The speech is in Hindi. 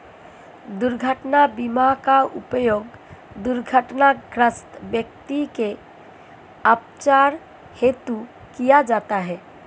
दुर्घटना बीमा का उपयोग दुर्घटनाग्रस्त व्यक्ति के उपचार हेतु किया जाता है